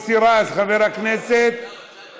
חבר הכנסת מוסי רז,